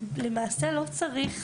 למעשה לא צריך